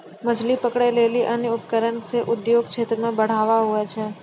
मछली पकड़ै लेली अन्य उपकरण से उद्योग क्षेत्र मे बढ़ावा हुवै छै